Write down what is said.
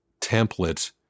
template